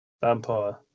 Vampire